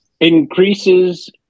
Increases